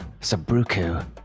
Sabruku